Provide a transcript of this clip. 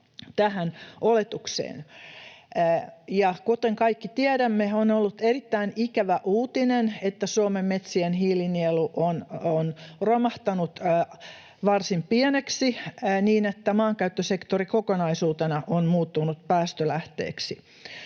tähän oletukseen. Kuten kaikki tiedämme, on ollut erittäin ikävä uutinen, että Suomen metsien hiilinielu on romahtanut varsin pieneksi, niin että maankäyttösektori kokonaisuutena on muuttunut päästölähteeksi.